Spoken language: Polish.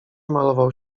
malował